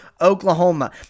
Oklahoma